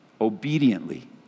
obediently